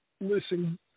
Listen